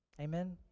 Amen